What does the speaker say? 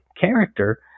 character